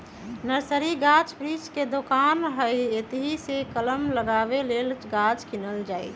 nursery गाछ वृक्ष के दोकान हइ एतहीसे कलम लगाबे लेल गाछ किनल जाइ छइ